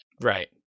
right